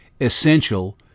essential